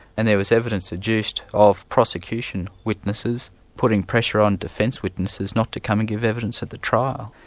and there was evidence adduced of prosecution witnesses putting pressure on defence witnesses not to come and give evidence at the trial.